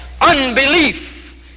Unbelief